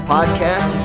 Podcast